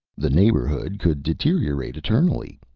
the neighborhood could deteriorate eternally,